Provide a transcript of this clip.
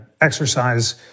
exercise